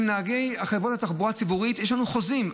עם נהגי חברות התחבורה הציבורית יש לנו חוזים.